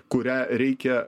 kurią reikia